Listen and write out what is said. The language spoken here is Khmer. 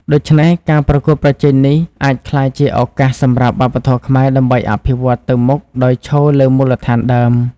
ដូច្នេះ ការប្រកួតប្រជែងនេះអាចក្លាយជាឱកាសសម្រាប់វប្បធម៌ខ្មែរដើម្បីអភិវឌ្ឍទៅមុខដោយឈរលើមូលដ្ឋានដើម។